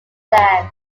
land